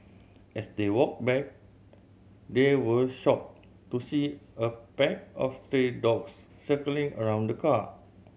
as they walked back they were shocked to see a pack of stray dogs circling around car